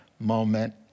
moment